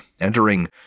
entering